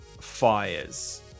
fires